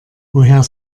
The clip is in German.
woher